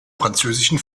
französischen